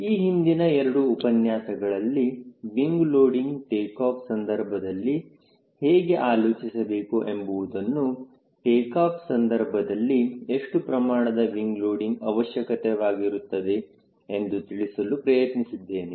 ಈ ಹಿಂದಿನ ಎರಡು ಉಪನ್ಯಾಸಗಳಲ್ಲಿ ವಿಂಗ್ ಲೋಡಿಂಗ್ ಟೇಕಾಫ್ ಸಂದರ್ಭದಲ್ಲಿ ಹೇಗೆ ಆಲೋಚಿಸಬೇಕು ಎಂಬುವುದನ್ನು ಟೇಕಾಫ್ ಸಂದರ್ಭದಲ್ಲಿ ಎಷ್ಟು ಪ್ರಮಾಣದ ವಿಂಗ್ ಲೋಡಿಂಗ್ ಅವಶ್ಯಕವಾಗಿರುತ್ತದೆ ಎಂದು ತಿಳಿಸಲು ಪ್ರಯತ್ನಿಸಿದ್ದೇನೆ